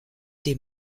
des